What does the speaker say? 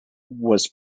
was